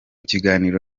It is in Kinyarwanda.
kiganiro